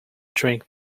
drink